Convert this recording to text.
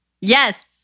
Yes